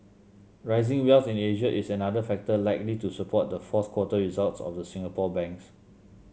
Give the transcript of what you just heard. rising wealth in Asia is another factor likely to support the fourth quarter results of the Singapore banks